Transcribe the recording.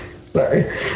Sorry